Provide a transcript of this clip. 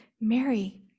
Mary